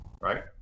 right